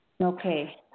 Okay